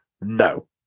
No